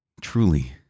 Truly